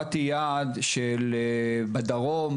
בדרום,